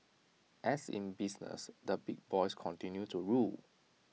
as in business the big boys continue to rule